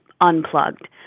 unplugged